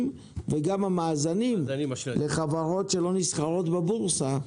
וגם מאזנים לחברות שלא נסחרות בבורסה,